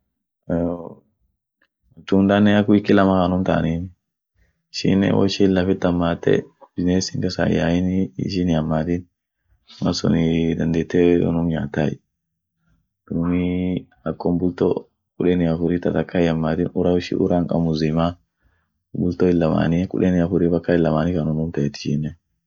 Matundanen ak wiki lama kan unum tanin, ishinen woishin lafit hammate, binessin kasa hin yaini, ishin hihammatin, malsunii dandeete unum nyaatay, duumi akum bulto kudeni afuri ta takka hiyammatin, ura woishin ura hinkabn mzimaa, bulto illamani kudeni affuri paka illamani kan unum teet ishinem.